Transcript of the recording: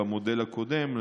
במודל הקודם,